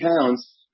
pounds